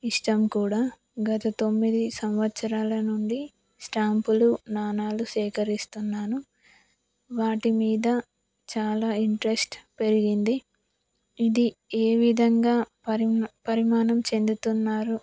ఇష్టం కూడా గత తొమ్మిది సంవత్సరాల నుండి స్టాంపులు నాణ్యాలు సేకరిస్తున్నాను వాటి మీద చాలా ఇంట్రస్ట్ పెరిగింది ఇది ఏ విధంగా పరిమ పరిమాణం చెందుతున్నారు